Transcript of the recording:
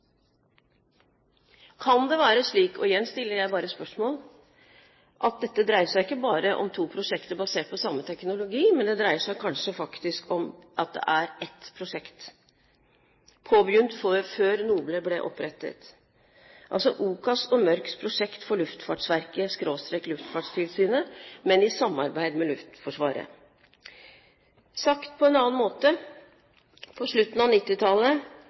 Kan det være slik, og igjen stiller jeg bare spørsmål, at dette ikke bare dreier seg om to prosjekter basert på samme teknologi, men at det kanskje faktisk er ett prosjekt, påbegynt før NOBLE ble opprettet – altså OCAS’ og Mørks prosjekt for Luftfartsverket/Luftfartstilsynet, men i samarbeid med Luftforsvaret? Sagt på en annen måte: På slutten av